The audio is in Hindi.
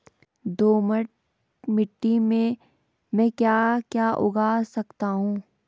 दोमट मिट्टी में म ैं क्या क्या उगा सकता हूँ?